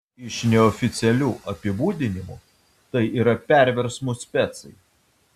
iš neoficialių apibūdinimų tai yra perversmų specai